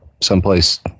someplace